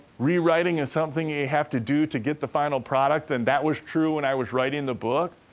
rewriting is something you have to do to get the final product, and that was true when i was writing the book.